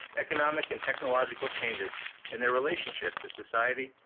economic and technological changes and their relationship to society,